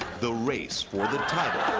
the race for the title